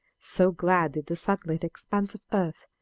so glad did the sunlit expanse of earth,